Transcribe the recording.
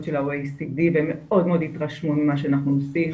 של ה-OECD והם מאוד מאוד התרשמו ממה שאנחנו עושים.